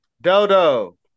Dodo